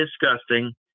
Disgusting